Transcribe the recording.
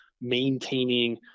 maintaining